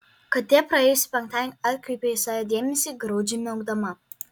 katė praėjusį penktadienį atkreipė į save dėmesį graudžiai miaukdama